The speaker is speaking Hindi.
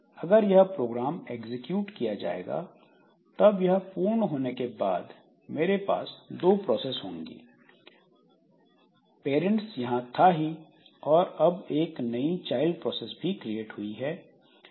अगर यह प्रोग्राम एग्जीक्यूट किया जाएगा तब यह पूर्ण होने के बाद मेरे पास दो प्रोसेस होंगी पेरेंट्स यहां था ही और अब नई चाइल्ड प्रोसेस भी क्रिएट हुई है